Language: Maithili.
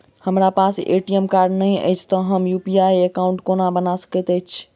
हमरा पास ए.टी.एम कार्ड नहि अछि तए हम यु.पी.आई एकॉउन्ट कोना बना सकैत छी